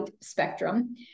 spectrum